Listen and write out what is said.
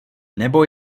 nebo